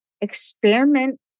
experiment